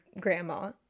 grandma